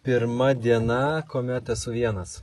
pirma diena kuomet esu vienas